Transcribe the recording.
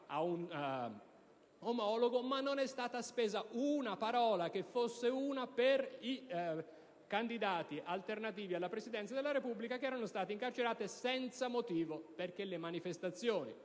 ad un omologo, ma non è stata spesa una parola che fosse una per i candidati alternativi alla Presidenza della Repubblica che erano stati incarcerati senza motivo. Infatti, le manifestazioni